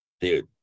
Dude